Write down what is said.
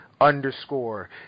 underscore